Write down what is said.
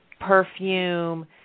perfume